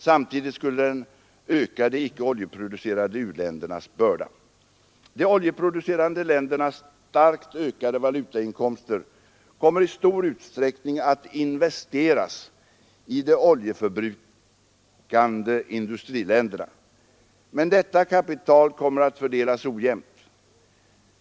Samtidigt skulle den öka de icke-oljeproducerande u-ländernas börda. De oljeproducerande ländernas starkt ökade valutainkomster kommer i stor utsträckning att investeras i de oljeförbrukande industriländerna. Men detta kapital kommer att fördelas ojämnt.